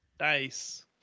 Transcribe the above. Nice